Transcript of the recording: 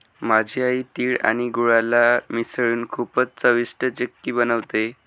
माझी आई तिळ आणि गुळाला मिसळून खूपच चविष्ट चिक्की बनवते